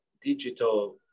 digital